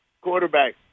Quarterback